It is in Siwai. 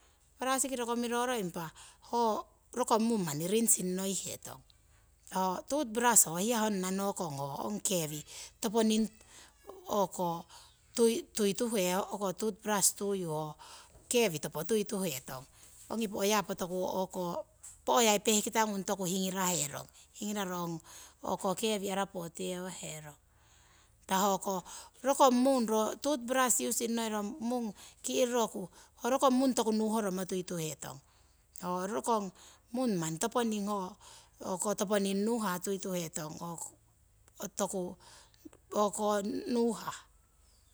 Parasikori komiroro ho rokong mung manni rinsing ngoihetong, ho tooth brush ho hiya honna ngokong kewi toponing tuituhe ongi po'yai pehkitangun toku hingiraro. ong kewi arapoteye waherong. Impa hoko rokong mung ro tooth brush iusing ngoiro mung ki'roroku ho rokong mung toku nuhoromo tuituhetong. Ho rokong mung manni. toponing nuhah tuituhetong ho toku nuhah